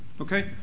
Okay